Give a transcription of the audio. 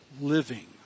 living